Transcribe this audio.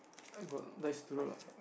I got less through